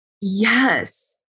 yes